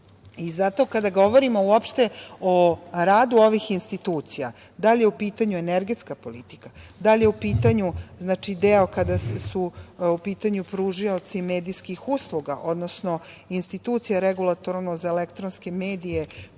kada govorimo uopšte o radu ovih institucija, da li je u pitanju energetska politika, da li je u pitanju deo kada su u pitanju pružioci medijskih usluga, odnosno institucija Regulatornog tela za elektronske medije